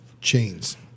Chains